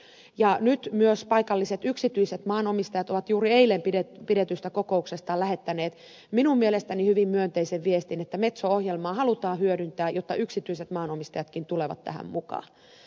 nyt myös paikalliset yksityiset maanomistajat ovat juuri eilen pidetystä kokouksestaan lähettäneet minun mielestäni hyvin myönteisen viestin että metso ohjelmaa halutaan hyödyntää jotta yksityiset maanomistajatkin tulevat tähän mukaan